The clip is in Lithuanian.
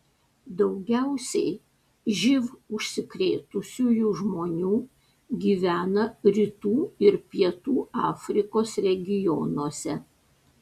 daugiausiai živ užsikrėtusiųjų žmonių gyvena rytų ir pietų afrikos regionuose